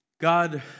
God